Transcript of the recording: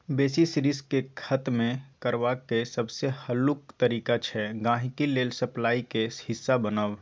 basis risk केँ खतम करबाक सबसँ हल्लुक तरीका छै गांहिकी लेल सप्लाईक हिस्सा बनब